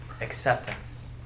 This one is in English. Acceptance